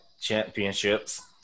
championships